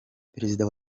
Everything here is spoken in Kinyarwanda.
perezida